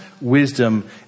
wisdom